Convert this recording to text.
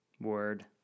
word